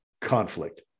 conflict